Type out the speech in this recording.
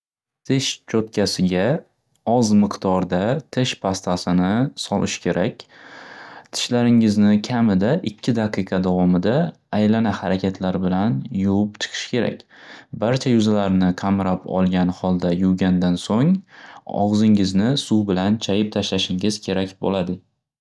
Tish cho'tkasiga oz miqdorda tish pastasini solish kerak tishlaringizni kamida ikki daqiqa davomida aylana xarakatlari bilan yuvib chiqish kerak. Barcha yuzalarni qamrab olgan holda yuvgandan so'ng og'zingizni suv bilan chayib tashlashingiz kerak bo'ladi.